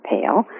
Pale